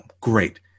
great